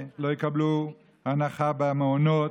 שלא יקבלו הנחה במעונות,